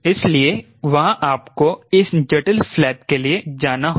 इसलिए वहां आपको इस जटिल फ्लैप के लिए जाना होगा